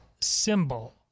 symbol